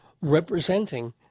representing